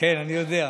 אני יודע.